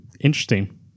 interesting